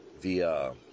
via